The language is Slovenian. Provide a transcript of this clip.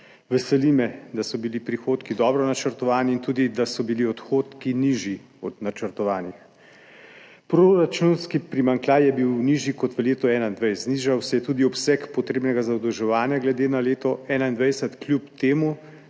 Veseli me, da so bili prihodki dobro načrtovani in da so bili tudi odhodki nižji od načrtovanih. Proračunski primanjkljaj je bil nižji kot v letu 2021, znižal se je tudi obseg potrebnega zadolževanja glede na leto 2021, kljub temu,